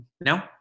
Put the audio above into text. no